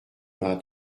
vingt